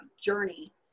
journey